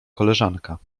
koleżanka